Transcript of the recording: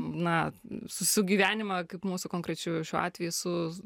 na sugyvenimą kaip mūsų konkrečiu šiuo atveju su